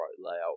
layout